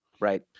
Right